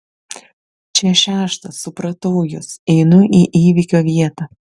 čia šeštas supratau jus einu į įvykio vietą